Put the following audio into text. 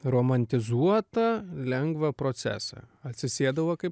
romantizuotą lengvą procesą atsisėdau va kaip